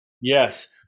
yes